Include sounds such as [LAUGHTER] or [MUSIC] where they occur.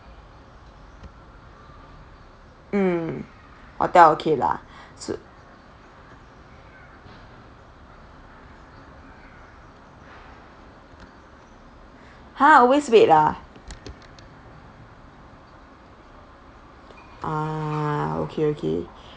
mm hotel okay lah [BREATH] so !huh! always wait ah ah okay okay [BREATH]